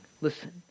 Listen